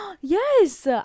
yes